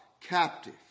captive